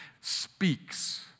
speaks